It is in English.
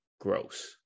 gross